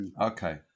okay